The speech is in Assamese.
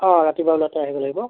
অঁ ৰাতিপুৱা বেলাতে আহিব লাগিব